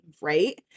right